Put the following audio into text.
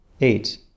Eight